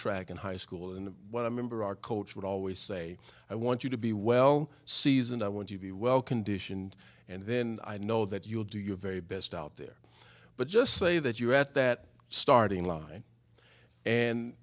track in high school and when a member of our coach would always say i want you to be well seasoned i want to be well conditioned and then i know that you'll do your very best out there but just say that you at that starting line and